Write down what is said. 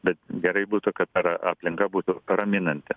bet gerai būtų kad ir a aplinka būtų raminanti